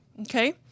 Okay